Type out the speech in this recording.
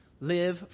live